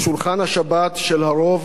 הוא שולחן השבת של הרוב הדומם בישראל,